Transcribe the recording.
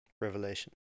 revelation